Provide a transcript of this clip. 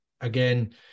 Again